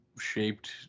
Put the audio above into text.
shaped